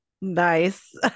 Nice